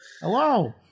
Hello